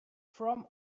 from